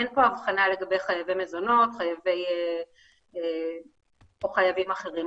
אין כאן הבחנה לגבי חייבי מזונות או חייבים אחרים.